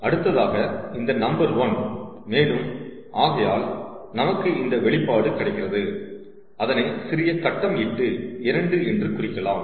அடுத்ததாக இதுதான் நம்பர் 1 மேலும் ஆகையால் நமக்கு இந்த வெளிப்பாடு கிடைக்கிறது அதனை சிறிய கட்டம் இட்டு 2 என்று குறிக்கலாம்